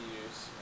use